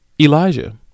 Elijah